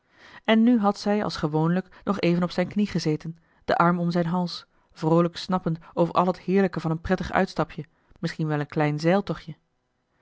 en nu had zij als gewoonlijk nog even op zijn knie gezeten den arm om zijn hals vroolijk snappend over al het heerlijke van een prettig uitstapje misschien wel een klein